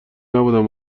نبودم